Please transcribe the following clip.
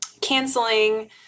canceling